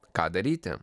ką daryti